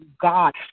God